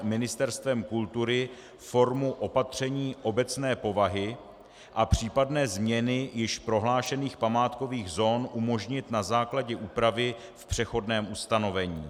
Ministerstvem kultury formu opatření obecné povahy a případné změny již prohlášených památkových zón umožnit na základě úpravy v přechodném ustanovení.